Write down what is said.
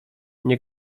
nie